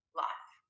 life